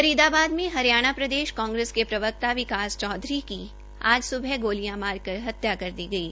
फरीदाबाद में हरियाणा प्रदेश कांग्रेस के प्रवक्ता विकास चौधरी की आज स्बह गोलियां मारकर हत्या कर दी गयी